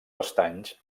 estanys